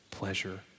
pleasure